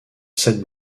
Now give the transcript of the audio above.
cette